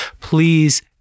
please